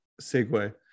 segue